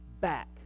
back